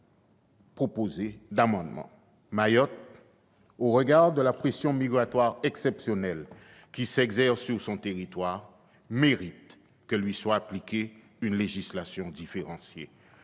proposé d'amendements. Mayotte, au regard de la pression migratoire exceptionnelle qui s'exerce sur son territoire, mérite que lui soit appliquée une législation différenciée.